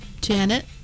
Janet